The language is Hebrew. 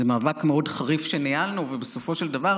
זה מאבק מאוד חריף שניהלנו, ובסופו של דבר